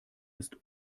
ist